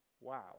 Wow